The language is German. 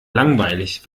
langweilig